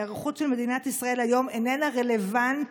ההיערכות של מדינת ישראל היום איננה רלוונטית